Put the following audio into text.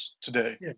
today